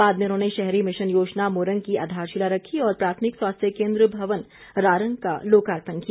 बाद में उन्होंने शहरी मिशन योजना मुरंग की आधारशिला रखी और प्राथमिक स्वास्थ्य केंद्र भवन रारंग का लोकार्पण किया